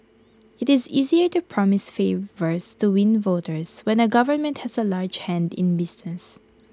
IT is easier to promise favours to win voters when A government has A large hand in business